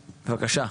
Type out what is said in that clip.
בבקשה.